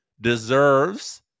deserves